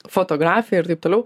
fotografiją ir taip toliau